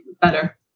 better